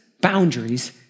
boundaries